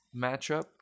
matchup